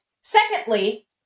secondly